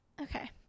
Okay